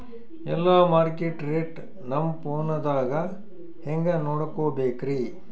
ಎಲ್ಲಾ market rate ನಮ್ ಫೋನದಾಗ ಹೆಂಗ ನೋಡಕೋಬೇಕ್ರಿ?